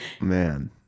man